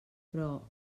però